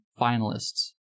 finalists